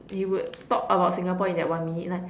he would talk about Singapore in that one minute lah